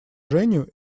женю